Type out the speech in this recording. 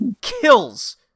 kills